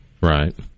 Right